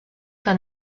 que